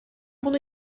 bunu